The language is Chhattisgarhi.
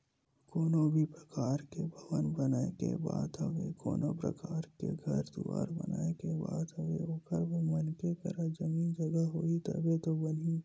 कोनो भी परकार के भवन बनाए के बात होवय कोनो परकार के घर दुवार बनाए के बात होवय ओखर बर मनखे करा जमीन जघा होही तभे तो बनही